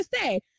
say